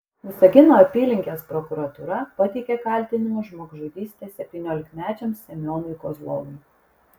visagino apylinkės prokuratūra pateikė kaltinimus žmogžudyste septyniolikmečiam semionui kozlovui